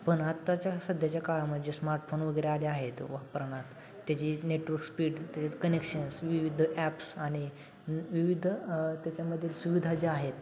पण आत्ताच्या सध्याच्या काळामध्ये जे स्मार्टफोन वगैरे आले आहेत वापरण्यात त्याची नेटवर्क स्पीड त्याचे कनेक्शन्स विविध ॲप्स आणि विविध त्याच्यामधील सुविधा ज्या आहेत